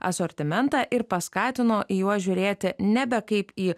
asortimentą ir paskatino į juos žiūrėti nebe kaip į